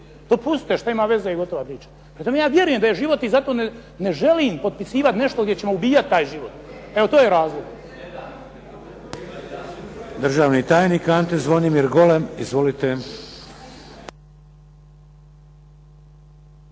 Dopustite što ima veze i gotova priča. Prema tome, ja vjerujem da je život i zato ne želim potpisivati nešto gdje ćemo ubijati taj život. Evo to je razlika.